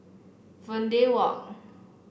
Verde Walk